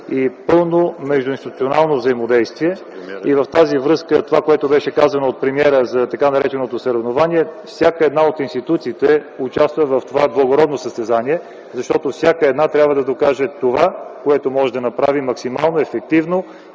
и пълно междуинституционално взаимодействие. В тази връзка, това което беше казано от премиера, за така нареченото съревнование – всяка една от институциите участва в това благородно състезание, защото всяка една трябва да докаже това, което може да направи максимално ефективно,